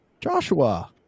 Joshua